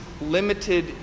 limited